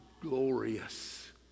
glorious